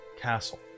castle